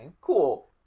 Cool